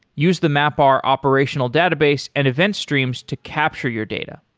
use the mapr operational database and event streams to capture your data.